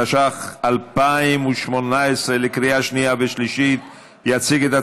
התשע"ח 2018, נתקבלה.